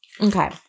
Okay